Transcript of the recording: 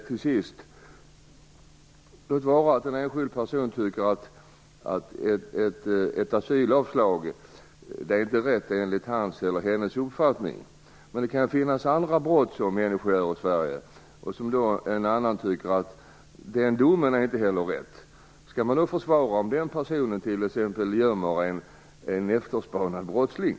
Till sist: Låt vara att en enskild person tycker att ett asylavslag inte är rätt enligt vederbörandes uppfattning. Men det kan ju finnas fall med andra brott som människor begår i Sverige och där människor inte tycker att domen blir riktig. Skall man då försvara t.ex. en person som gömmer en efterspanad brottsling?